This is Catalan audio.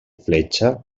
fletxa